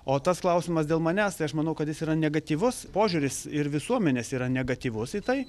o tas klausimas dėl manęs tai aš manau kad jis yra negatyvus požiūris ir visuomenės yra negatyvus į tai